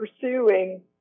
pursuing